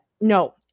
No